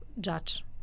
judge